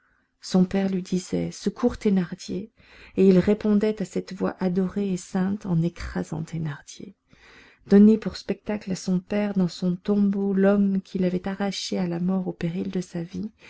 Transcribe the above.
son père lui disait secours thénardier et il répondait à cette voix adorée et sainte en écrasant thénardier donner pour spectacle à son père dans son tombeau l'homme qui l'avait arraché à la mort au péril de sa vie